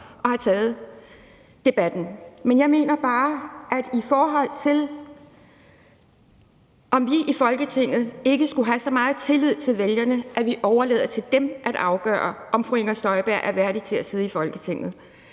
og har taget debatten. Men jeg mener bare, at vi her i Folketinget skulle have så meget tillid til vælgerne, at vi overlader det til dem at afgøre, om fru Inger Støjberg er værdig til at sidde i Folketinget.